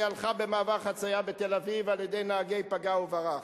הלכה במעבר חצייה בתל-אביב על-ידי נהגי פגע-וברח.